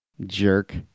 Jerk